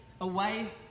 away